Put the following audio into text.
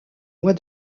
mois